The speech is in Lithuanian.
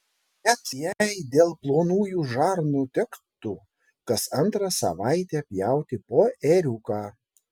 net jei dėl plonųjų žarnų tektų kas antrą savaitę pjauti po ėriuką